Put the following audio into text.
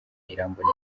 irambona